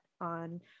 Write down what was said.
on